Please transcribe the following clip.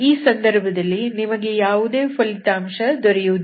ಈ ಸಂದರ್ಭದಲ್ಲಿ ನಿಮಗೆ ಯಾವುದೇ ಫಲಿತಾಂಶ ದೊರೆಯುವುದಿಲ್ಲ